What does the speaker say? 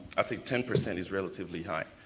i think ten percent is relatively high.